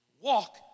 walk